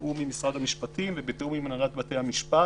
בתיאום עם משרד המשפטים ובתיאום עם הנהלת בתי-המשפט,